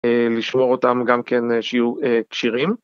לשמור אותם גם כן שיהיו כשירים.